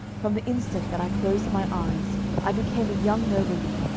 from the instant that i closed my eyes i became a young nobleman,